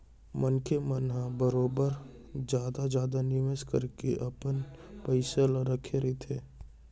मनसे मन ह बरोबर जघा जघा निवेस करके अपन पइसा ल रखे रहिथे